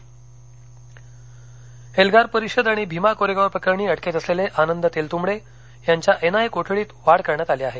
तेलतंवडे एल्गार परिषद आणि भीमा कोरेगाव प्रकरणी अटकेत असलेले आनंद तेलतूंबडे यांच्या एनआयए कोठडीत वाढ करण्यात आली आहे